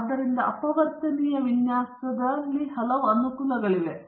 ಆದ್ದರಿಂದ ಅಪವರ್ತನೀಯ ವಿನ್ಯಾಸದ ಹಲವು ಅನುಕೂಲಗಳಿವೆ